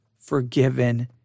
forgiven